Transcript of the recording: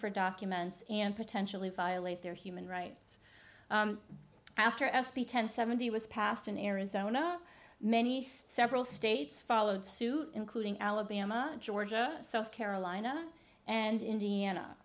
for documents and potentially violate their human rights after s b ten seventy was passed in arizona many east central states followed suit including alabama georgia south carolina and indiana